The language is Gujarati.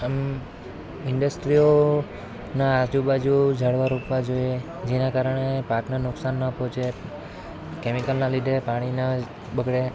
આમ ઈંડસ્ટ્રીઓના આજુબાજુ ઝાડવાં રોપવા જોઈએ જેના કારણે પાકને નુકશાન ન પહોંચે કેમિકલના લીધે પાણી ન બગડે